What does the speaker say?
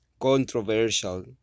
controversial